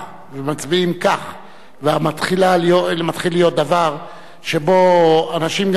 ומצביעים כך ומתחיל להיות דבר שבו אנשים,